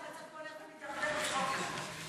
הולך ומידרדר מחוק לחוק.